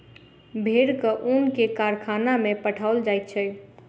भेड़क ऊन के कारखाना में पठाओल जाइत छै